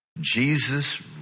Jesus